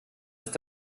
ist